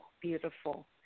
beautiful